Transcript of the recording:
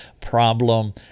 problem